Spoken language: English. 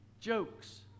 jokes